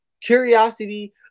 curiosity